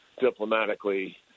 diplomatically